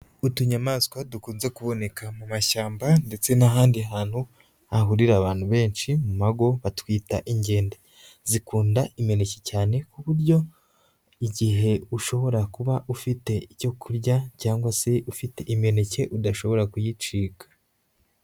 Utunyamaswa dukunze kuboneka mu mashyamba ndetse n'ahandi hantu hahurira abantu benshi mu mago, batwita inkende; zikunda imineke cyane ku buryo igihe ushobora kuba ufite icyo kurya cyangwa se ufite imineke udashobora kuyicika.